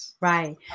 Right